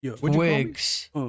Wigs